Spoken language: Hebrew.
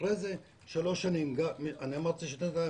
אחרי זה שלוש שנים אני אמרתי שנתיים,